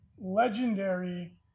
legendary